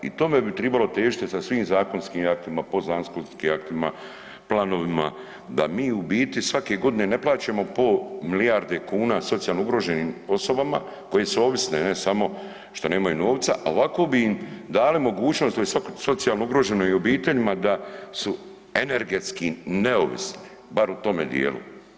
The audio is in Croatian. I tome bi tribalo težiti sa svim zakonskim aktima, podzakonskim aktima, planovima da mi u biti svake godine ne plaćamo pol milijarde kuna socijalno ugroženim osobama koje su ovisne ne samo šta nemaju novca, a ovako bi im dale mogućnost svakoj socijalno ugroženim obiteljima da su energetski neovisne barem u tome dijelu.